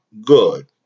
good